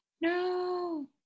no